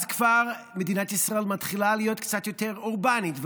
אז כבר מדינת ישראל מתחילה להיות קצת יותר אורבנית,